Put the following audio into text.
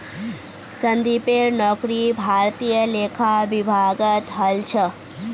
संदीपेर नौकरी भारतीय लेखा विभागत हल छ